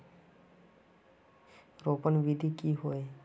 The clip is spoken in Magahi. रोपण विधि की होय?